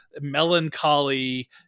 melancholy